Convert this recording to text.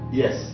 yes